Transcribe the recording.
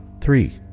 three